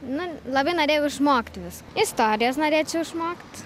nu labai norėjau išmokt vis istorijos norėčiau išmokt